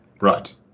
Right